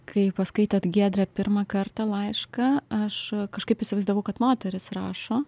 kai paskaitot giedre pirmą kartą laišką aš kažkaip įsivaizdavau kad moteris rašo